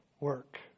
work